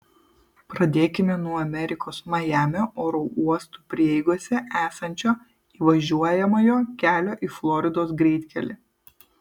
pradėkime nuo amerikos majamio oro uostų prieigose esančio įvažiuojamojo kelio į floridos greitkelį